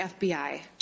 FBI